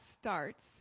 starts